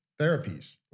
therapies